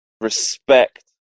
respect